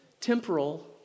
temporal